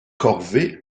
corvée